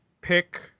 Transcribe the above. pick